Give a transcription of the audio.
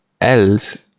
else